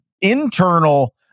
internal